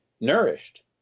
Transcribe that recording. nourished